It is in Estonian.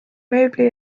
mööbli